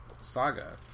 saga